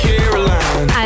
Caroline